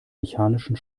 mechanischen